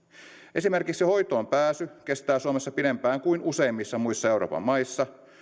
esimerkiksi hoitoonpääsy kestää suomessa pidempään kuin useimmissa muissa euroopan maissa